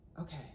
Okay